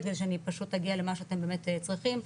שאני פשוט אגיע למה שאתם באמת צריכים.